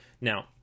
Now